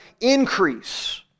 increase